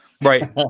Right